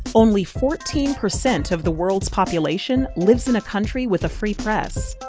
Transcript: only fourteen percent of the world's population lives in a country with a free press.